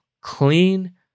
clean